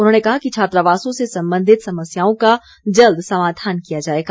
उन्होंने कहा कि छात्रावासों से सम्बंधित समस्याओं का जल्द समाधान किया जाएगा